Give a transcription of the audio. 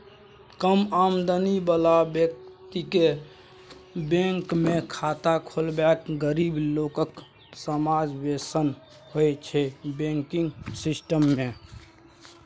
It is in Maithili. कम आमदनी बला बेकतीकेँ बैंकमे खाता खोलबेलासँ गरीब लोकक समाबेशन होइ छै बैंकिंग सिस्टम मे